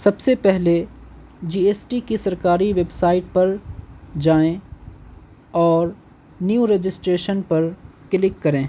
سب سے پہلے G S T کی سرکاری ویب سائٹ پر جائیں اور نیو رجسٹریشن پر کلک کریں